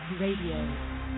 Radio